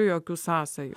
jokių sąsajų